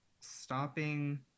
stopping